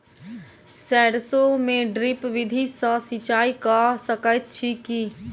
सैरसो मे ड्रिप विधि सँ सिंचाई कऽ सकैत छी की?